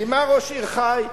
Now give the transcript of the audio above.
ממה ראש עיר חי?